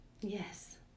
Yes